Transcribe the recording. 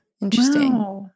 Interesting